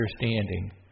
understanding